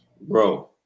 bro